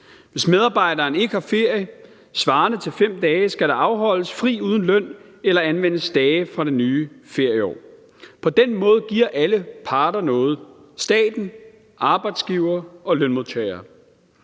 Hvis medarbejderen ikke har ferie svarende til 5 dage, skal der holdes fri uden løn eller anvendes dage fra det nye ferieår. På den måde giver alle parter noget – staten, arbejdsgivere og lønmodtagere.